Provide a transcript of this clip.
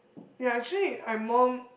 ya actually I'm more